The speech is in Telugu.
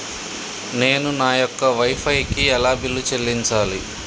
నేను నా యొక్క వై ఫై కి ఎలా బిల్లు చెల్లించాలి?